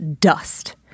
dust